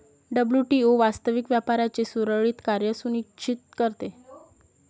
WTO वास्तविक व्यापाराचे सुरळीत कार्य सुनिश्चित करते